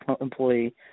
employee